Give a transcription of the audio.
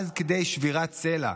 עד כדי שבירת צלע,